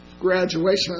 graduation